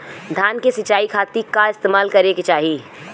धान के सिंचाई खाती का इस्तेमाल करे के चाही?